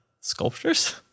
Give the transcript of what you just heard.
sculptures